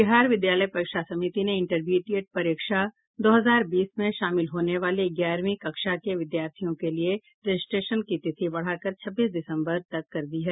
बिहार विद्यालय परीक्षा समिति ने इंटरमीडिएट परीक्षा दो हजार बीस में शामिल होने वाले ग्यारहवीं कक्षा के विद्यार्थियों के लिए रजिस्ट्रेशन की तिथि बढ़ा कर छब्बीस दिसम्बर तक कर दी है